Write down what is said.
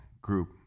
group